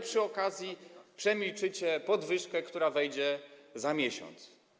Przy okazji przemilczycie podwyżkę, która wejdzie za miesiąc.